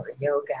yoga